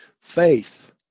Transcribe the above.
faith